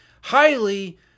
highly